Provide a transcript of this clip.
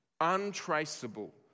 untraceable